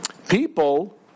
People